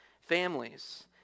families